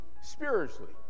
spiritually